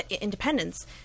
independence